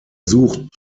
sucht